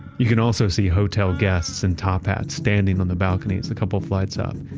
you can also see hotel guests in top hats standing on the balconies, a couple of flights up.